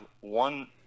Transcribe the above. one